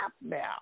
now